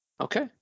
okay